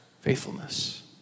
faithfulness